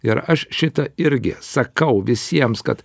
ir aš šitą irgi sakau visiems kad